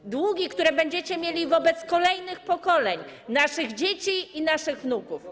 To długi, które będziecie mieli wobec kolejnych pokoleń - naszych dzieci i naszych wnuków.